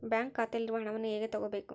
Bank ಖಾತೆಯಲ್ಲಿರುವ ಹಣವನ್ನು ಹೇಗೆ ತಗೋಬೇಕು?